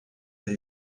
they